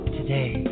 today